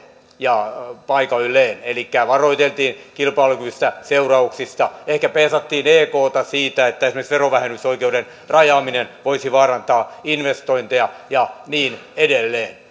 ja paikoilleen elikkä varoiteltiin kilpailukyvystä seurauksista ehkä peesattiin ekta siinä että esimerkiksi verovähennysoikeuden rajaaminen voisi vaarantaa investointeja ja niin edelleen